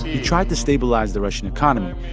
he tried to stabilize the russian economy,